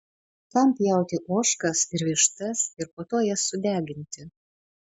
kam pjauti ožkas ir vištas ir po to jas sudeginti